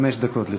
חמש דקות לרשותך.